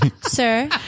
Sir